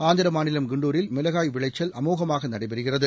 ஆந்திரா மாநிலம் குண்டூரில் மிளகாய் விளைச்சல் அமோகமாக நடைபெறுகிறது